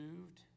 moved